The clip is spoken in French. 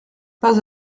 pas